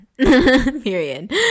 period